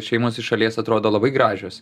šeimos iš šalies atrodo labai gražios